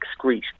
excrete